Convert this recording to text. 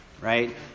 right